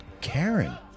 Karen